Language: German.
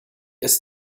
ist